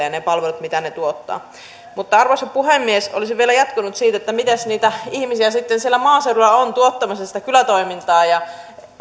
ja ne palvelut mitä ne tuottavat entisestään tuovat sitä turvaa ihmisille mutta arvoisa puhemies olisin vielä jatkanut siitä miten niitä ihmisiä sitten siellä maaseudulla on tuottamassa sitä kylätoimintaa ja